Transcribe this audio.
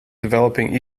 developing